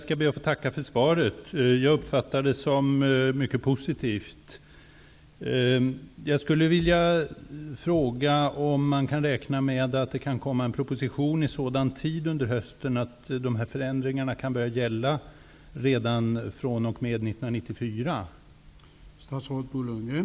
Jag ber att få tacka för svaret. Jag uppfattar det som mycket positivt. Kan man räkna med att det kommer en proposition under hösten i sådan tid att dessa förändringar kan börja gälla redan fr.o.m.år 1994?